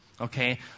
Okay